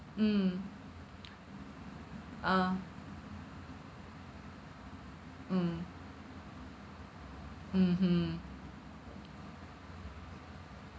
mm ah mm mmhmm